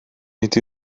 nid